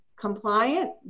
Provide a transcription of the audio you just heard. compliant